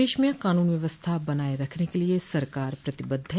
प्रदेश में कानून व्यवस्था बनाये रखने के लिये सरकार प्रतिबद्ध है